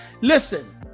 listen